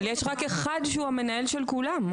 אבל יש רק אחד שהוא המנהל של כולם.